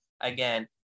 again